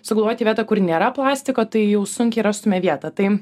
sugalvoti vietą kur nėra plastiko tai jau sunkiai rastume vietą tai